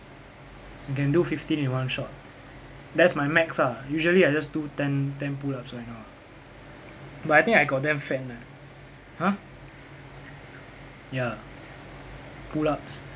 I can do fifteen in one shot that's my max ah usually I just do ten ten pull-ups right now but I think I got damn fat leh !huh! ya pull-ups